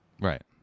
right